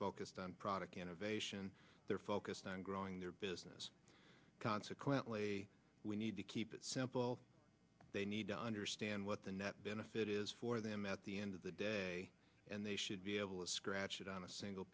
focused on product innovation they're focused on growing their business consequently we need to keep it simple they need to understand what the net benefit is for them at the end of the day and they should be able to scratch it on a single